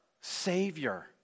Savior